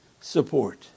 support